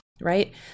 right